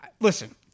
listen